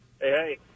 Hey